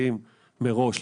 את הדיונים.